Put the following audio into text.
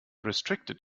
restricted